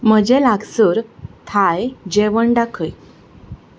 म्हजे लागसार थाय जेवण दाखय